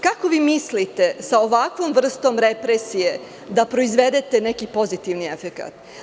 Kakvo vi mislite sa ovakvom vrstom represije da prozvedete neki pozitivan efekat.